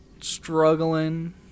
struggling